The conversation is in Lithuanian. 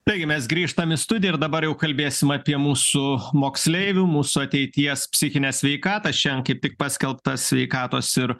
taigi mes grįžtam į studiją ir dabar jau kalbėsim apie mūsų moksleivių mūsų ateities psichinę sveikatą šian kaip tik paskelbtas sveikatos ir